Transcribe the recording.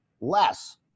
less